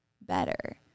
better